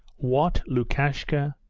what, lukashka?